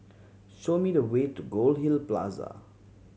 show me the way to Goldhill Plaza